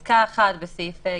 זה בעצם להחליף את פסקה (1) בסעיף ג.